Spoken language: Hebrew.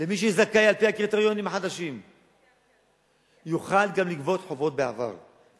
למי שזכאי על-פי הקריטריונים החדשים יוכל גם לגבות חובות מהעבר,